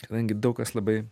kadangi daug kas labai